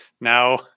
now